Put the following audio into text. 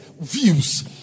views